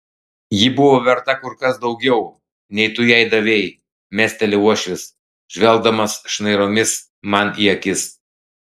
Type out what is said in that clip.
ji buvo verta kur kas daugiau nei tu jai davei mesteli uošvis žvelgdamas šnairomis man į akis